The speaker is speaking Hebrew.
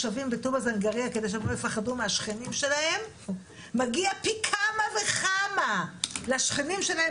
כדי שהם לא יפחדו מהשכנים שלהם - מגיע פי כמה וכמה לשכנים שלהם